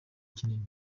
kinini